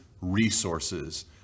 resources